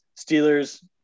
Steelers